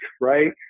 right